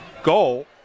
Goal